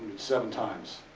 seven times.